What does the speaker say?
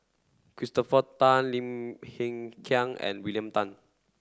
Christopher Tan Lim Hng Kiang and William Tan